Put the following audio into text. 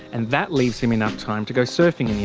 and that leaves him enough time to go surfing in the